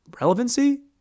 relevancy